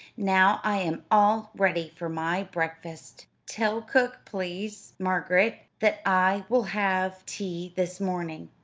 now i am all ready for my breakfast. tell cook, please, margaret, that i will have tea this morning,